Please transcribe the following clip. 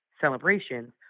celebrations